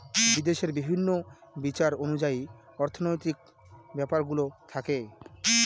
বিদেশে বিভিন্ন বিচার অনুযায়ী অর্থনৈতিক ব্যাপারগুলো থাকে